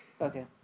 Okay